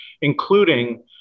including